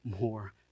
more